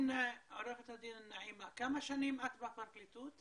עורכת הדין נעימה, כמה שנים את בפרקליטות?